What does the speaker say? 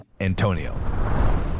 Antonio